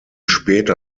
später